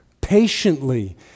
patiently